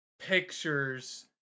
pictures